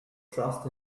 trust